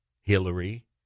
Hillary